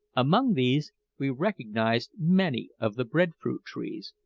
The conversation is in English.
among these we recognised many of the bread-fruit trees,